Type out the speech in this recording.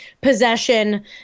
possession